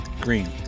green